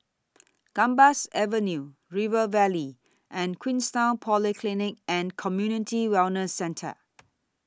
Gambas Avenue River Valley and Queenstown Polyclinic and Community Wellness Centre